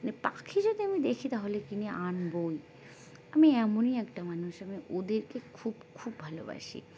মানে পাখি যদি আমি দেখি তাহলে কিনে আনবই আমি এমনই একটা মানুষ আমি ওদেরকে খুব খুব ভালোবাসি